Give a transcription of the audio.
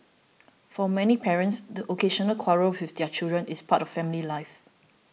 for many parents the occasional quarrel with their children is part of family life